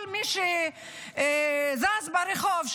כל מי שזז ברחוב,